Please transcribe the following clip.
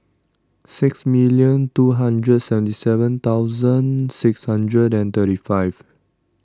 sixty million two hundred seventy seven thousand six hundred and thirty five